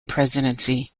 presidency